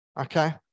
okay